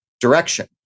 direction